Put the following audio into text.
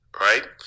Right